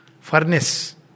furnace